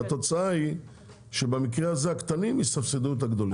התוצאה היא שבמקרה הזה הקטנים יסבסדו את הגדולים.